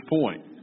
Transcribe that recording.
point